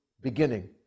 beginning